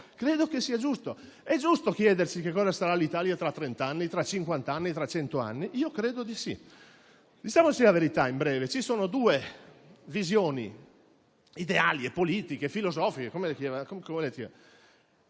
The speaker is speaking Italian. credo che sia giusto. È giusto chiedersi cosa sarà l'Italia tra trent'anni, tra cinquant'anni e tra cento anni? Io credo di sì. Diciamoci la verità, in breve. Ci sono due visioni ideali, politiche e filosofiche.